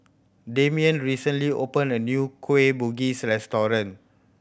Demian recently opened a new Kueh Bugis restaurant